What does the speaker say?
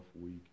week